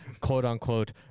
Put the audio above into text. quote-unquote